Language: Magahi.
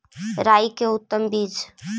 राई के उतम बिज?